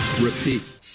repeat